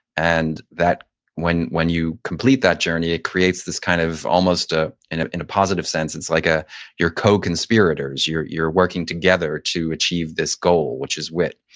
and when when you complete that journey, it creates this kind of almost ah in ah in a positive sense. it's like ah you're co-conspirators. you're you're working together to achieve this goal, which is wit.